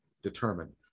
determined